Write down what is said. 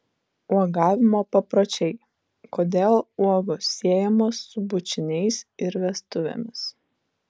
uogavimo papročiai kodėl uogos siejamos su bučiniais ir vestuvėmis